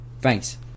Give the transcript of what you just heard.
thanks